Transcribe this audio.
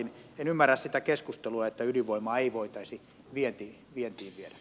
en ymmärrä sitä keskustelua että ydinvoimaa ei voitaisi vientiin viedä